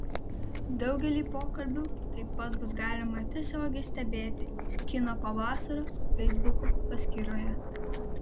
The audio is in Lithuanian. daugelį pokalbių taip pat bus galima tiesiogiai stebėti kino pavasario feisbuko paskyroje